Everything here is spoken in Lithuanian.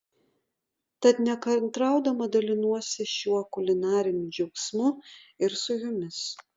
tad nekantraudama dalinuosi šiuo kulinariniu džiaugsmu ir su jumis